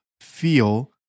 feel